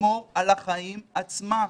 לשמור על החיים עצמם.